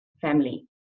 family